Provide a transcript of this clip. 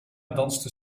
danste